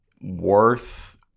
worth